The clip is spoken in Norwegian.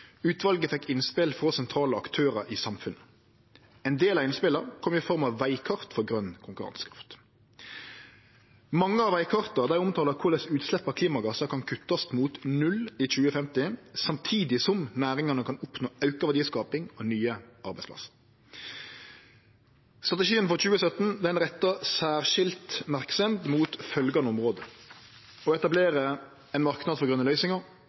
Utvalet fekk innspel frå sentrale aktørar i samfunnet. Ein del av innspela kom i form av vegkart for grøn konkurransekraft. Mange av vegkarta omtalar korleis utslepp av klimagassar kan kuttast mot null i 2050, samtidig som næringane kan oppnå auka verdiskaping og nye arbeidsplassar. Strategien frå 2017 retta særlig særskild merksemd mot følgjande område: å etablere ein marknad for grøne løysingar